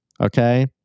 okay